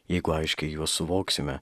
jeigu aiškiai juos suvoksime